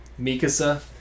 Mikasa